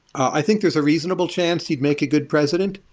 i think there's a reasonable chance he'd make a good president.